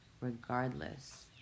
regardless